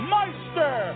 Meister